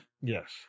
Yes